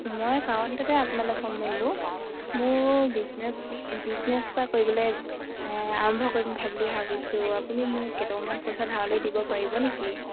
মই কাৰণ এটাতে আপোনালে ফোন মাৰিলোঁ মোৰ বিজনেচ বিজনেছ এটা কৰিবলে আৰম্ভ কৰিম বুলি ভাবিছোঁ আপুনি মোক কেইটামান পইচা ধাৰলে দিব পাৰিব নেকি